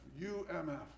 UMF